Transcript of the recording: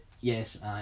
yes